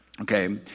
Okay